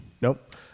Nope